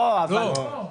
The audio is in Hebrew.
הפוך.